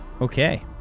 Okay